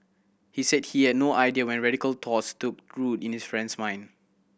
he said he had no idea when radical thoughts took in his friend's mind